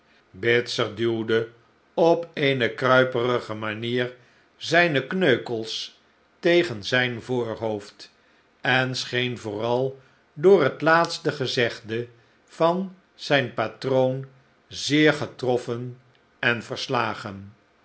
duwde op eene kruiperige manier zijne kneukels tegen zijn voorhoofd en scheen vooral door het laatste gezegde van zijn patroon zeer getroffen en verslagen